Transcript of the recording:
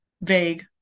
vague